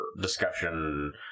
discussion